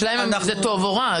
אז השאלה אם זה טוב או רע.